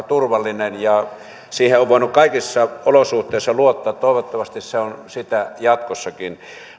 turvallinen ja siihen on voinut kaikissa olosuhteissa luottaa toivottavasti se on sitä jatkossakin